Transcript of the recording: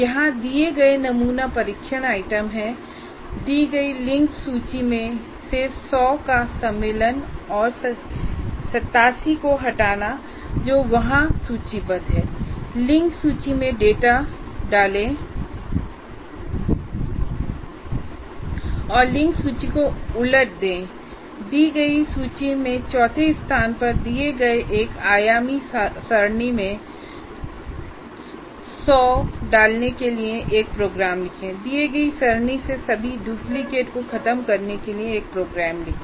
यहां दिए गए नमूना परीक्षण आइटम हैं दी गई लिंक्ड सूची से 100 का सम्मिलन और 87 को हटाना जो वहां सूचीबद्ध है लिंक सूची में डेटा वे आइटम डालें और लिंक सूची को उलट दें दी गई सूची में चौथे स्थान पर दिए गए एक आयामी सरणी में 100 डालने के लिए एक प्रोग्राम लिखें दिए गए सरणी से सभी डुप्लिकेट को खत्म करने के लिए एक प्रोग्राम लिखें